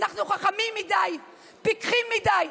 אנחנו חכמים מדי, פיקחים מדי.